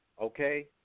Okay